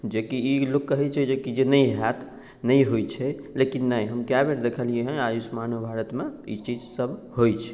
जेकि ई लोग कहैत छै जेकि नहि होयत नहि होयत छै लेकिन नहि हम कै बेर देखलियै हँ आयुष्मानो भारतमे ई चीज सब होइत छै